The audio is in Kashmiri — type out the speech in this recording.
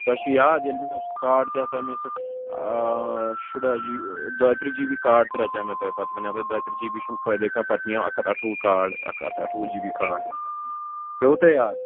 تۄہہِ چھُو یاد ییٚلہِ مےٚ سُہ کاڈ تہِ ہیٚژاہ مےٚ سُہ شُراہ جی دۄیہِ تٕرٛہ جی بی کاڈ تہِ رَچیو مےٚ تۄہہِ پَتہٕ وَنیو تۄہہِ دۄیہِ تٕرٛہ جی بی چھُنہٕ فٲیدَے کانٛہہ پَتہٕ نِیو اَکھ ہَتھ اَٹھووُہ کاڈ اَکھ ہَتھ اَٹھووُہ جی بی کاڈ پیٚووُ تۄہہِ یاد